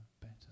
better